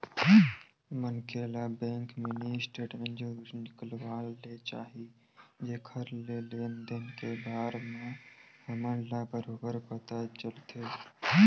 मनखे ल bank mini statement जरूर निकलवा ले चाही जेखर ले लेन देन के बार म हमन ल बरोबर पता चलथे